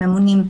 הממונים.